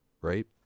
Right